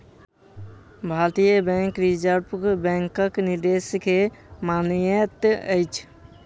भारतीय bank reserve बैंकक निर्देश के मानैत अछि